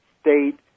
state